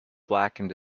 blackened